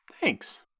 thanks